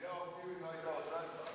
בלי העובדים היא לא היתה עושה את זה.